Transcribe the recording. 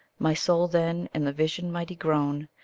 my soul then, in the vision mighty grown,